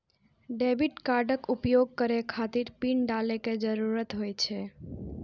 debit कार्डक उपयोग करै खातिर पिन डालै के जरूरत होइ छै